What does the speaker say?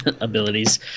abilities